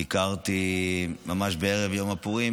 ביקרתי ממש בערב יום הפורים